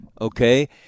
okay